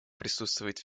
присутствовать